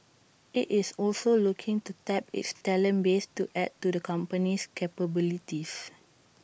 IT is also looking to tap its talent base to add to the company's capabilities